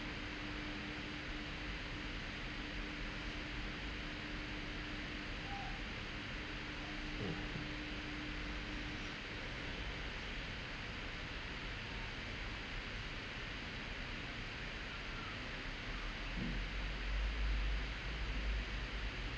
mm